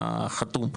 החתום.